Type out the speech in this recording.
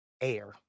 air